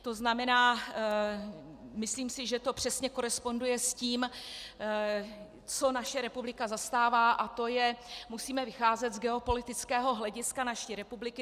To znamená, myslím si, že to přesně koresponduje s tím, co naše republika zastává, a to je: musíme vycházet z geopolitického hlediska naší republiky.